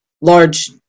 large